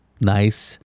nice